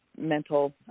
mental